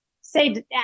say